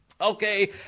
Okay